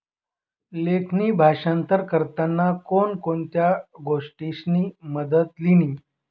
लेखणी भाषांतर करताना कोण कोणत्या गोष्टीसनी मदत लिनी